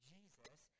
Jesus